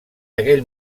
aquell